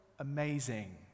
amazing